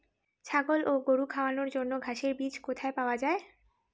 ছাগল ও গরু খাওয়ানোর জন্য ঘাসের বীজ কোথায় পাওয়া যায়?